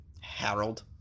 Harold